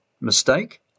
mistake